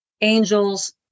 angels